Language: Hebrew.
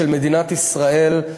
של מדינת ישראל,